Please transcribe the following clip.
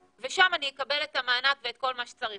ושם אני אקבל את המענק ואת כל מה שצריך